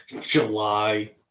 july